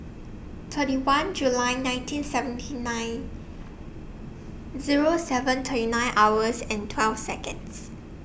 thirty one July nineteen seventy nine Zero seven twenty nine hours and twelve Seconds